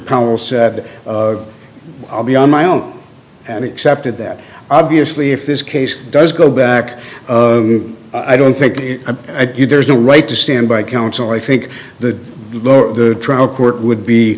powell said i'll be on my own and accepted that obviously if this case does go back i don't think there's a right to standby counsel i think the trial court would be